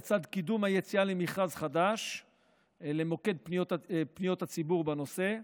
לצד קידום היציאה למכרז חדש למוקד פניות הציבור בנושא,